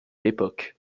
l’époque